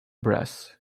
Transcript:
brass